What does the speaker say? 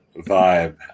vibe